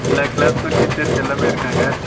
எல்லா க்ளாஸ்க்கும் டீச்சர்ஸ் எல்லாம் இருக்காங்க